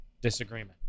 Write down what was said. Disagreement